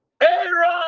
Aaron